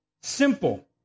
simple